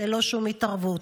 ללא שום התערבות.